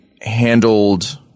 handled